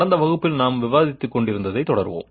கடந்த வகுப்பில் நாம் விவாதித்து கொண்டிருந்ததைத் தொடர்வோம்